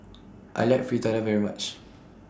I like Fritada very much